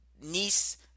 niece